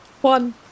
one